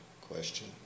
question